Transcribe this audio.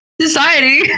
society